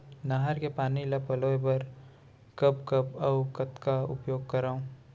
नहर के पानी ल पलोय बर कब कब अऊ कतका उपयोग करंव?